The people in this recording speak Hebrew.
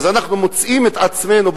אנחנו מוצאים את עצמנו,